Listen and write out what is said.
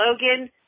Logan